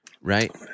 Right